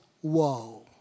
whoa